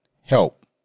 help